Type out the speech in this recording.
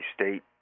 state